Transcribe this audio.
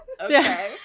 Okay